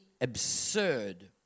absurd